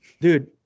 dude